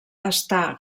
està